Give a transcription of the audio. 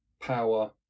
power